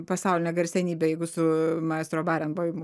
pasauline garsenybe jeigu su maestro barenboimu